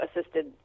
assisted